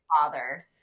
father